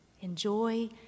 enjoy